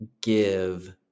give